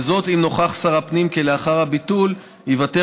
וזאת אם נוכח שר הפנים כי לאחר הביטול ייוותר